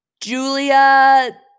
Julia